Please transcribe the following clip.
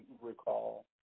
recall